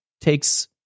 takes